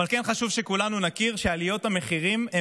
אבל כן חשוב שכולנו נכיר שעליות המחירים הן